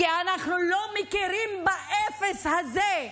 כי אנחנו לא מכירים באפס הזה,